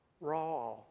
Raw